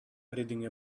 reading